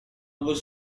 was